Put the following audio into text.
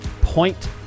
point